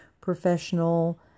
professional